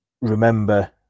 remember